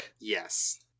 Yes